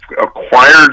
acquired